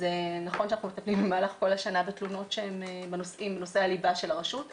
נכון שאנחנו מטפלים במהלך כל השנה בתלונות שהן בנושאי הליבה של הרשות,